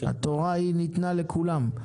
התורה ניתנה לכולם.